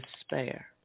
spare